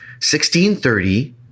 1630